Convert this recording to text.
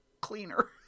cleaner